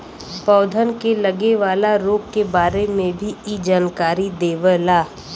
पौधन के लगे वाला रोग के बारे में भी इ जानकारी देवला